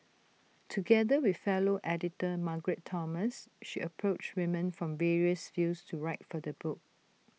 together with fellow editor Margaret Thomas she approached women from various fields to write for the book